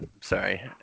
Sorry